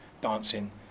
dancing